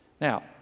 Now